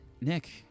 Nick